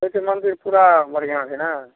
कहै छै मन्दिर पूरा बढ़िऑं छै ने